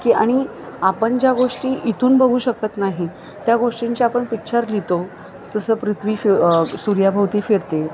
की आणि आपण ज्या गोष्टी इथून बघू शकत नाही त्या गोष्टींचे आपण पिक्चर लिहितो तसं पृथ्वी फि सूर्याभोवती फिरते